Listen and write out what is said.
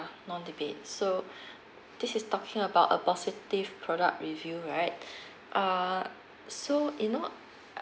non debate so this is talking about a positive product review right err so you know